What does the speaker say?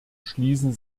schließen